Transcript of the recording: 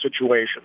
situation